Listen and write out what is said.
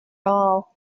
all